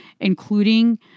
including